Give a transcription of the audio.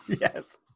Yes